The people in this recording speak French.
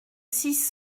six